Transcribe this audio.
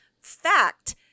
Fact